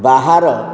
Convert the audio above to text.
ବାହାର